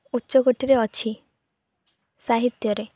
ଉଚ୍ଚ କୋଟିରେ ଅଛି ସାହିତ୍ୟରେ